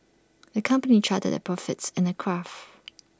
the company charted their profits in A graph